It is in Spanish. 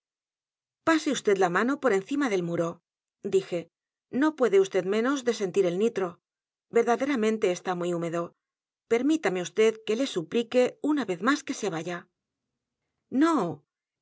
e vd la mano por encima del muro dije no puede vd menos de sentir el nitro verdaderamente está muy húmedo permítame vd que le suplique una vez más que se vaya no